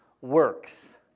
works